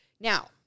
Now